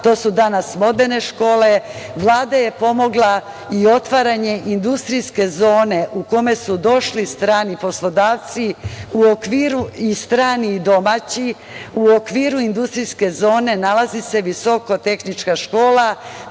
To su danas moderne škole. Vlada je pomogla i otvaranje industrijske zone u koju su došli strani poslodavci, i strani i domaći. U okviru industrijske zone nalazi se Visoka tehnička škola.